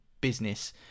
business